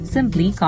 Simply